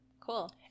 cool